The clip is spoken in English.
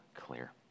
clear